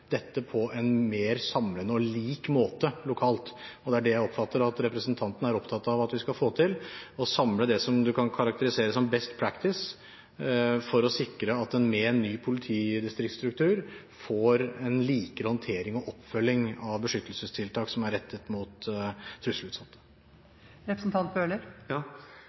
er det jeg oppfatter at representanten er opptatt av at vi skal få til: å samle det som man kan karakterisere som «best practice», for å sikre at en med ny politidistriktsstruktur får en likere håndtering og oppfølging av beskyttelsestiltak som er rettet mot